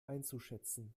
einzuschätzen